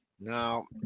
Now